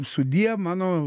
sudie mano